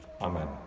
Amen